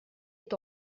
est